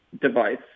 device